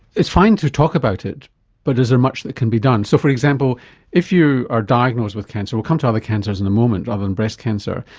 it's fine to talk about it but is there much that come be done? so for example if you are diagnosed with cancer and we'll come to other cancers in a moment other than breast cancer,